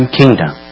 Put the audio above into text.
kingdom